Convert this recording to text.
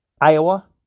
Iowa